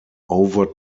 over